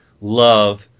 love